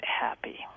happy